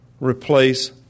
replace